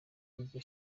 iryo